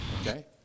okay